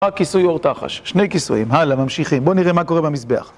רק כיסוי עור תחש, שני כיסויים. הלאה, ממשיכים. בואו נראה מה קורה במזבח